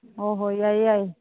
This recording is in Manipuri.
ꯍꯣꯏ ꯍꯣꯏ ꯌꯥꯏꯌꯦ ꯌꯥꯏꯌꯦ